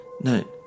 no